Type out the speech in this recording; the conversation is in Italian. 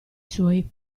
suoi